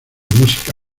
música